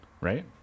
right